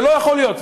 זה לא יכול להיות.